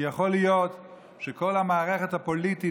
כי יכול להיות שכל המערכת הפוליטית